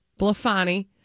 Blafani